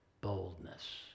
boldness